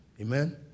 Amen